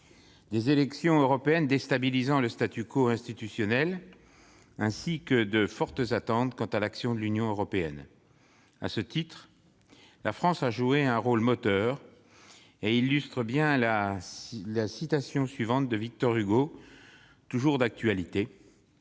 des élections européennes déstabilisant le institutionnel et par de fortes attentes quant à l'action de l'Union européenne. À ce titre, la France a joué un rôle moteur, illustrant bien une citation de Victor Hugo toujours d'actualité